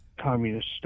communist